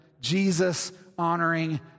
Jesus-honoring